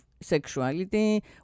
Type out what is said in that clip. sexuality